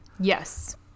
Yes